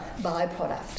byproduct